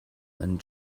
and